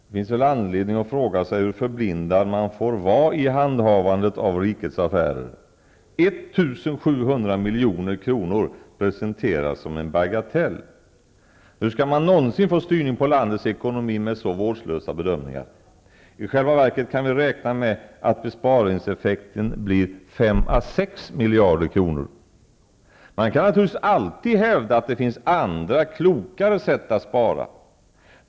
Det finns nog anledning att fråga sig hur förblindad man får vara vid handhavandet av rikets affärer. 1 700 milj.kr. presenteras som en bagatell. Hur skall man någonsin få styrning på landets ekonomi med så vårdslösa bedömningar? I själva verket kan vi räkna med att besparingseffekten blir Man kan naturligtvis alltid hävda att det finns andra, klokare sätt att spara på.